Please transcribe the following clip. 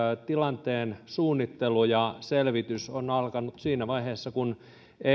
tilanteen suunnittelu ja selvitys on alkanut siinä vaiheessa kun